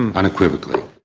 and unequivocally.